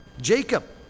Jacob